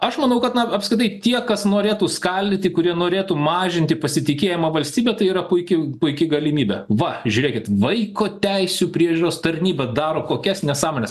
aš manau kad na apskritai tie kas norėtų skaldyti kurie norėtų mažinti pasitikėjimą valstybe tai yra puiki puiki galimybė va žiūrėkit vaiko teisių priežiūros tarnyba daro kokias nesąmones